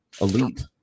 elite